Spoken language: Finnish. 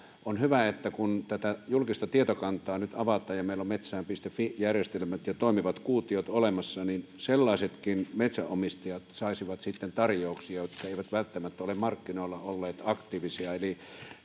olisi hyvä että kun tätä julkista tietokantaa nyt avataan ja meillä on metsään fi järjestelmät ja toimivat kuutiot olemassa niin sellaisetkin metsänomistajat saisivat sitten tarjouksia jotka eivät välttämättä ole markkinoilla olleet aktiivisia eli